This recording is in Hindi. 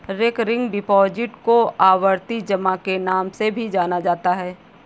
रेकरिंग डिपॉजिट को आवर्ती जमा के नाम से भी जाना जाता है